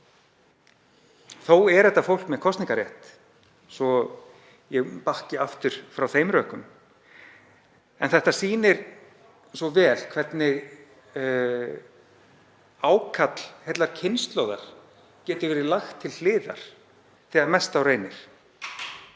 Þó er þetta fólk með kosningarrétt, svo ég bakki aftur frá þeim rökum, en þetta sýnir svo vel hvernig ákall heillar kynslóðar getur verið lagt til hliðar þegar mest á reynir.